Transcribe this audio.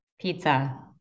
Pizza